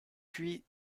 puis